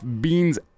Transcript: beans